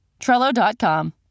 Trello.com